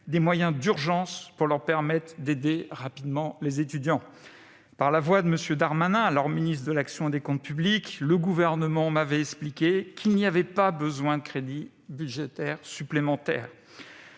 des moyens d'urgence leur permettant d'aider rapidement les étudiants. Par la voix de M. Darmanin, alors ministre de l'action et des comptes publics, le Gouvernement m'avait expliqué que des crédits budgétaires supplémentaires